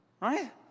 right